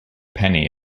penny